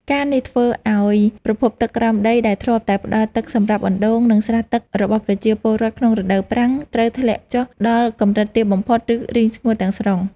ការណ៍នេះធ្វើឱ្យប្រភពទឹកក្រោមដីដែលធ្លាប់តែផ្តល់ទឹកសម្រាប់អណ្តូង និងស្រះទឹករបស់ប្រជាពលរដ្ឋក្នុងរដូវប្រាំងត្រូវធ្លាក់ចុះដល់កម្រិតទាបបំផុត ឬរីងស្ងួតទាំងស្រុង។